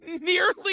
nearly